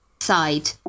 side